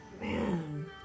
man